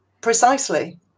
precisely